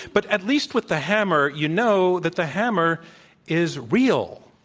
but at least with the hammer, you know that the hammer is real.